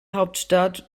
hauptstadt